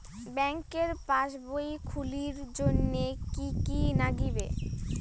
ব্যাঙ্কের পাসবই খুলির জন্যে কি কি নাগিবে?